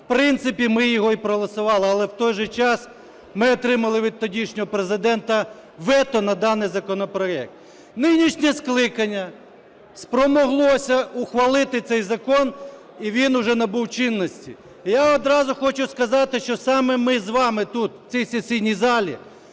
в принципі, ми його і проголосували. Але в той же час ми отримали від тодішнього Президента вето на даний законопроект. Нинішнє скликання спромоглося ухвалити цей закон і він вже набув чинності. Я одразу хочу сказати, що саме ми з вами тут, в цій сесійній залі